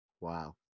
Wow